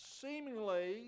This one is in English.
seemingly